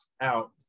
out